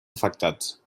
afectats